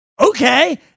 Okay